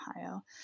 Ohio